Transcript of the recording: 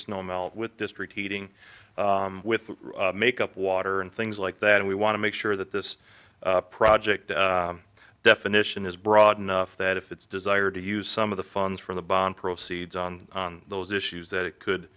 snow melt with district heating with make up water and things like that and we want to make sure that this project definition is broad enough that if it's desired to use some of the funds from the bond proceeds on those issues that it could